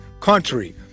country